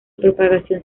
propagación